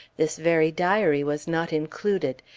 this very diary was not included.